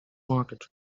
market